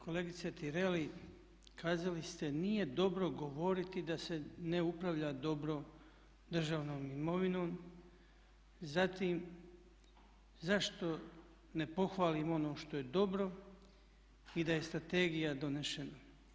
Kolegice Tireli, kazali ste nije dobro govoriti da se ne upravlja dobro državnom imovinom, zatim zašto ne pohvalim ono što je dobro i da je strategija donešena.